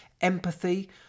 empathy